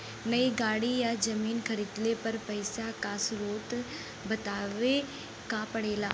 नई गाड़ी या जमीन खरीदले पर पइसा क स्रोत बतावे क पड़ेला